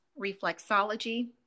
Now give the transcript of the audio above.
reflexology